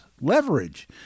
leverage